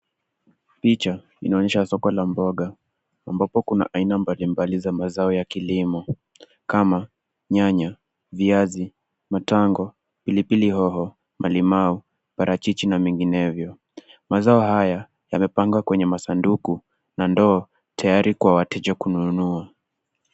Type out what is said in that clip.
Picha, inaonyesha soko la mboga, ambapo kuna aina mbalimbali za mazao ya kilimo kama, nyanya, viazi, matango, pilipili hoho, malimau, parachichi na menginevyo. Mazao haya, yamepangwa kwenye masanduku, na ndoo, tayari kwa wateja kununua.